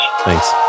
Thanks